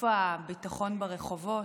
איפה הביטחון ברחובות?